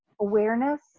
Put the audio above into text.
awareness